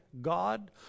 God